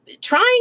trying